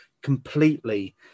completely